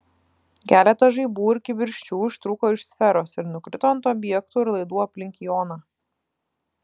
keletas žaibų ir kibirkščių ištrūko iš sferos ir nukrito ant objektų ir laidų aplink joną